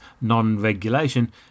non-regulation